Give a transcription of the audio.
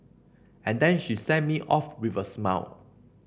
and then she sent me off with a smile